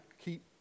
keep